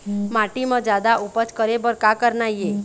माटी म जादा उपज करे बर का करना ये?